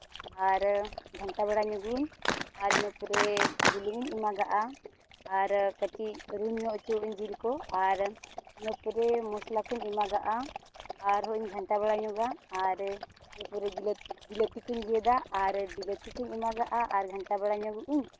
ᱟᱨ ᱜᱷᱟᱱᱴᱟ ᱵᱟᱲᱟ ᱧᱚᱜ ᱟᱹᱧ ᱟᱨ ᱤᱱᱟᱹ ᱯᱚᱨᱮ ᱵᱩᱞᱩᱝ ᱤᱧ ᱮᱢᱟᱜᱟᱜᱼᱟ ᱟᱨ ᱠᱟᱹᱴᱤᱡ ᱨᱩᱱ ᱧᱚᱜ ᱦᱚᱪᱚᱣᱟᱜ ᱟᱹᱧ ᱡᱤᱞ ᱠᱚ ᱟᱨ ᱤᱱᱟᱹ ᱯᱚᱨᱮ ᱢᱚᱥᱞᱟ ᱠᱚᱧ ᱮᱢᱟᱜᱟᱜᱼᱟ ᱟᱨ ᱦᱚᱧ ᱜᱷᱟᱱᱴᱟ ᱵᱟᱲᱟ ᱧᱚᱜᱼᱟ ᱟᱨ ᱤᱱᱟᱹ ᱯᱚᱨᱮ ᱵᱤᱞᱟᱛᱤ ᱠᱚᱹᱧ ᱜᱮᱫᱟ ᱟᱨ ᱵᱤᱞᱟᱛᱤ ᱠᱚᱧ ᱮᱢᱟᱜᱟᱜᱼᱟ ᱟᱨ ᱜᱷᱟᱱᱴᱟ ᱵᱟᱲᱟ ᱧᱚᱜ ᱟᱹᱧ